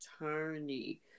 attorney